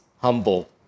humble